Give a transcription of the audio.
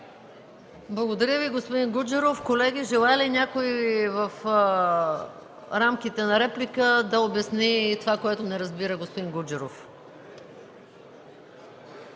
Благодаря Ви, господин Гуджеров. Колеги, желае ли някой, в рамките на реплика, да обясни това, което не разбира господин Гуджеров?